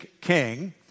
king